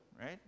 right